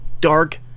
dark